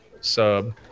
sub